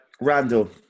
Randall